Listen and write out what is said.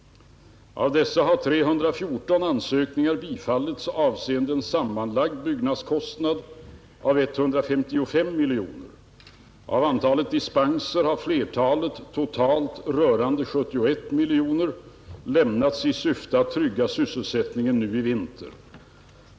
Av dessa har 314 ansökningar bifallits avseende en sammanlagd byggnadskostnad av 155 miljoner kronor. Av antalet dispenser har flertalet, totalt rörande 71 miljoner kronor, lämnats i syfte att trygga sysselsättningen nu i vinter.